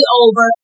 over